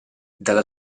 della